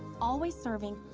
always serving,